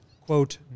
quote